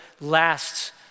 lasts